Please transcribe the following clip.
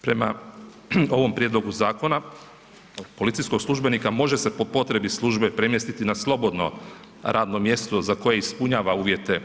Prema ovom prijedlogu zakona, policijskog službenika može se po potrebi službe premjestiti na slobodno radno mjesto za koje ispunjava uvjete